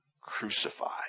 crucified